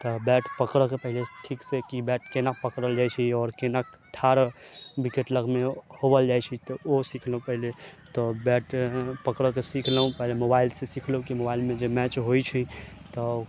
तऽ बैट पकड़ऽ के पहिने ठीक से की बैट के केना पकड़ल जाइ छै आओर केना ठार विकेट लग मे होअल जाइ छै तऽ ओ सीखलहुॅं पहिने तऽ बैट पकड़ऽ के सीखलहुॅं पहिले मोबाइल से सीखलहुॅं की मोबाइल मे जे मैच होइ छै तऽ